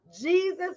Jesus